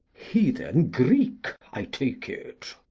heathen greek, i take it.